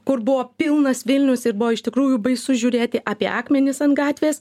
kur buvo pilnas vilnius ir buvo iš tikrųjų baisu žiūrėti apie akmenis ant gatvės